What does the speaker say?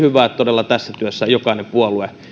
todella tässä työssä jokainen puolue tekee